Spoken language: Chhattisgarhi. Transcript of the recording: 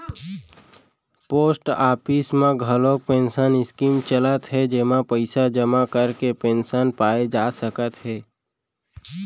पोस्ट ऑफिस म घलोक पेंसन स्कीम चलत हे जेमा पइसा जमा करके पेंसन पाए जा सकत हे